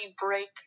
break